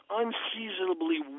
unseasonably